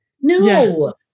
No